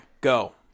go